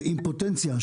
אימפוטנציה,